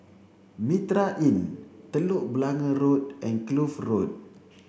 Mitraa Inn Telok Blangah Road and Kloof Road